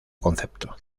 concepto